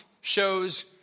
shows